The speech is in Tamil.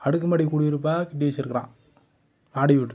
அடுக்கு மாடி குடியிருப்பாக கட்டி வச்சுருக்குறான் மாடி வீடு